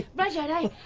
rudyard, i,